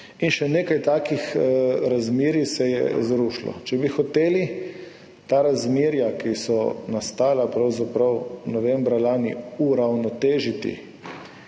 In še nekaj takih razmerij se je zrušilo. Če bi hoteli ta razmerja, ki so nastala pravzaprav novembra lani, uravnotežiti